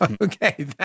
Okay